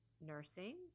nursing